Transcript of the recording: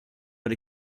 but